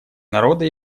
народа